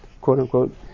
quote-unquote